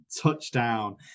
touchdown